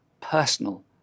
personal